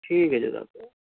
ٹھیک ہے جزاک اللہ